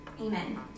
Amen